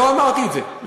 לא אמרתי את זה.